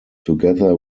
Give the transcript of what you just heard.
together